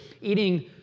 eating